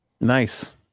Nice